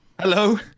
Hello